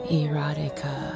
erotica